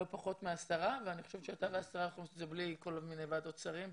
אני חושבת שאתה והשרה יכולים לעשות את זה בלי כל מיני ועדות שרים.